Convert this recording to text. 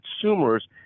consumers